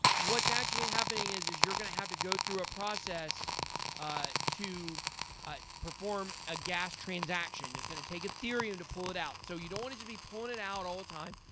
what's actually happening is is you're gonna have to go through a process ah to ah perform a gas transaction that's going to take ethereum to pull it out, so you don't want it to be pulling it out all the time.